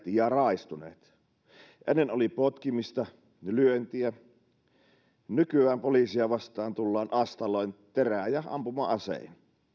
ja raaistuneet ennen oli potkimista lyöntiä nykyään poliisia vastaan tullaan astaloin terä ja ampuma asein